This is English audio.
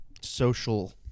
social